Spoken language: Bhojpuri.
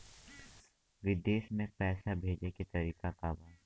विदेश में पैसा भेजे के तरीका का बा?